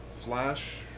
Flash